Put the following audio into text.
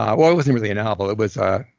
um well, it wasn't really a novel, it was a.